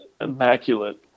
immaculate